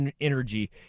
energy